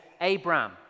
Abraham